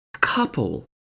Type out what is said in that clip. couple